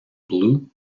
blue